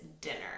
dinner